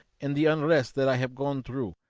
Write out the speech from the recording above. and the unrest that i have gone through,